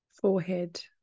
forehead